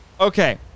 Okay